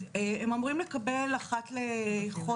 תאמרי לי בבקשה רקפת,